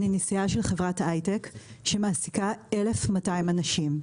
אני נשיאה של חברת הייטק שמעסיקה 1,200 אנשים.